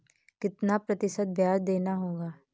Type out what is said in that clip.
कितना प्रतिशत ब्याज देना होगा?